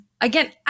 Again